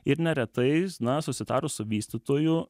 ir neretai na susitarus su vystytoju